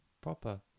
proper